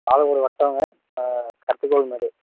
பாலக்கோடு வட்டம்ங்க கத்திக்கோவில் மேடு